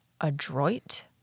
adroit